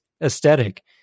aesthetic